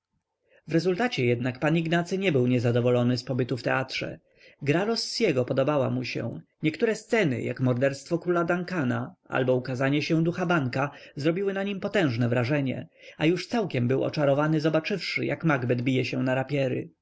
w rezultacie jednak pan ignacy nie był niezadowolony z pobytu w teatrze gra rossiego podobała mu się niektóre sceny jak morderstwo króla dunkana albo ukazanie się ducha banka zrobiły na nim potężne wrażenie a już całkiem był oczarowany zobaczywszy jak makbet bije się na rapiery